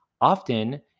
often